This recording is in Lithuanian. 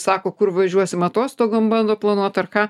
sako kur važiuosim atostogom bando planuot ar ką